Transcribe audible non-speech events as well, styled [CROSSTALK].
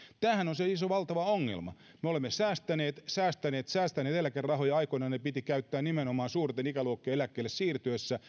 tämähän on se valtava ongelma me olemme säästäneet säästäneet säästäneet eläkerahoja aikoinaan ne piti käyttää nimenomaan suurten ikäluokkien eläkkeelle siirtyessä [UNINTELLIGIBLE]